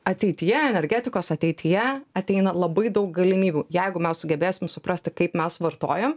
ateityje energetikos ateityje ateina labai daug galimybių jeigu mes sugebėsim suprasti kaip mes vartojam